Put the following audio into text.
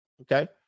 Okay